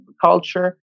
culture